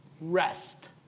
Rest